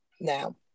Now